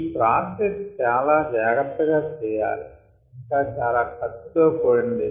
ఈ ప్రాసెస్ చాలా జాగ్రత్తగా చేయాలి ఇంకా చాలా ఖర్చుతో కూడినది